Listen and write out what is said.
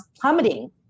plummeting